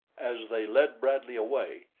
as they led bradley away,